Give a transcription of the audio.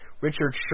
Richard